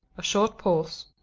a short pause.